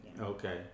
Okay